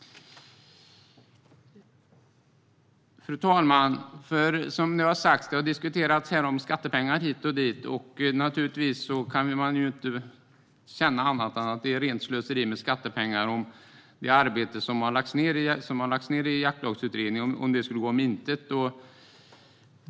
Fru talman! Det har diskuterats här om skattepengar hit och dit, och naturligtvis kan man inte känna annat än att det vore rent slöseri med skattepengar om det arbete som har lagts ned i Jaktlagsutredningen skulle gå om intet.